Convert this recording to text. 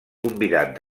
convidat